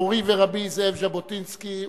מורי ורבי זאב ז'בוטינסקי,